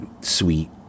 sweet